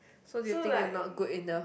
so do you think your not good enough